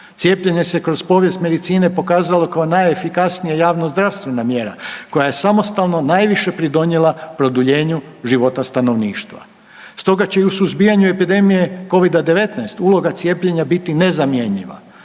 Cijepljenje se kroz povijest medicine pokazalo kao najefikasnija javnozdravstvena mjera, koja je samostalno najviše pridonijela produljenju života stanovništva. Stoga će i u suzbijanju epidemije Covida-19 uloga cijepljenja biti nezamjenjiva,